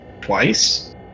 twice